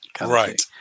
Right